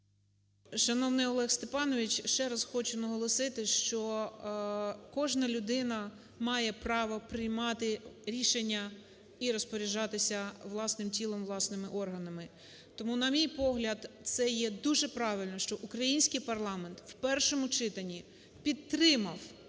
Шановний Олег Степанович, ще раз хочу наголосити, що кожна людина має право приймати рішення і розпоряджатися власним тілом, власними органами. Тому на мій погляд, це є дуже правильно, що український парламент в першому читанні підтримав,